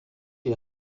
est